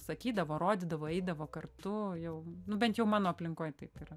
sakydavo rodydavo eidavo kartu jau nu bent jau mano aplinkoj taip yra